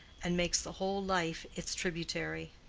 and makes the whole life its tributary.